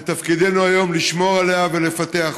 ותפקידנו היום לשמור עליה ולפתח אותה.